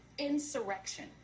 insurrection